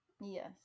Yes